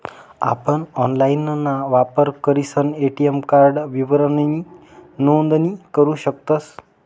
आपण ऑनलाइनना वापर करीसन ए.टी.एम कार्ड विवरणनी नोंदणी करू शकतस